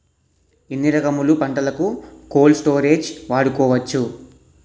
ఎన్ని రకములు పంటలకు కోల్డ్ స్టోరేజ్ వాడుకోవచ్చు?